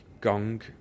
gong